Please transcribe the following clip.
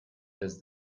does